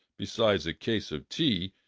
besides a case of tea,